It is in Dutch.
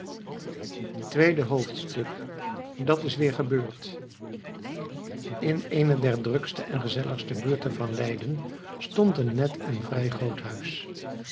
tweede hoofdstuk dat is weer gebeurd in eene der drukste en gezelligste buurten van leiden stond een net en vrij